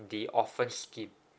the orphan scheme